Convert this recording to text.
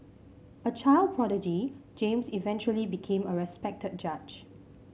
a child prodigy James eventually became a respected judge